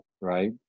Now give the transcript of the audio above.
right